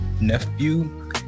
nephew